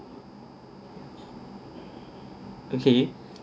okay